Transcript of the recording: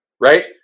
Right